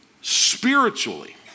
spiritually